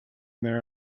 there